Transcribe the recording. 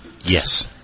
Yes